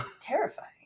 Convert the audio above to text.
Terrifying